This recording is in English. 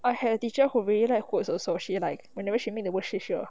I had a teacher who really like quote also she like whenever she make the worksheet she will